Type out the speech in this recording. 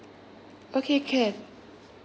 okay can